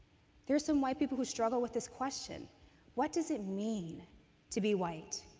there are some white people who struggle with this question what does it mean to be white?